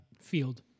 field